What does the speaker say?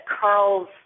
Carl's